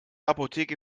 apotheke